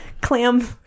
Clam